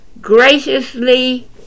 graciously